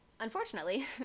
Unfortunately